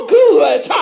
good